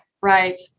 Right